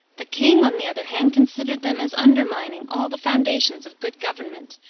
the king, on the other hand, considered them as undermining all the foundations of good government,